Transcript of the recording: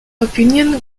opinion